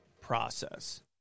process